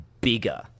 bigger